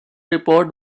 report